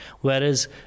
Whereas